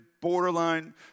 borderline